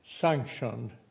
sanctioned